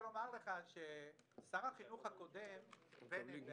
שר החינוך הקודם בנט,